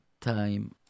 time